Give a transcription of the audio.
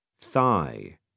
thigh